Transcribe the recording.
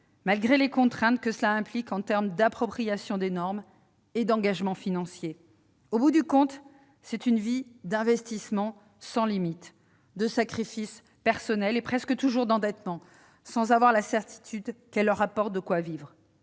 malgré les contraintes que cela implique en matière d'appropriation des normes et d'engagements financiers. Au bout du compte, c'est une vie d'investissement sans limites, de sacrifices personnels et, presque toujours, d'endettement, sans avoir la certitude qu'ils auront de quoi vivre.